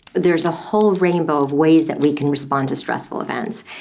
there's a whole rainbow of ways that we can respond to stressful events.